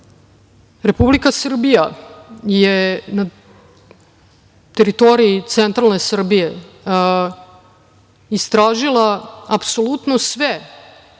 Republika Srbija je na teritoriji Centralne Srbije istražila apsolutno sve